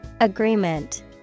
Agreement